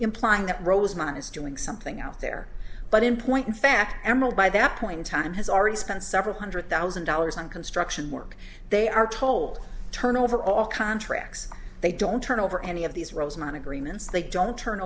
implying that rosemont is doing something out there but in point of fact emmel by that point in time has already spent several hundred thousand dollars on construction work they are told turn over all contracts they don't turn over any of these rosemont agreements they don't turn